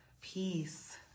peace